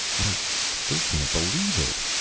but i still can't believe it.